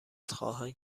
خواهند